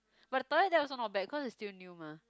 but the toilet there also not bad cause it's still new mah